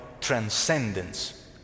transcendence